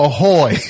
Ahoy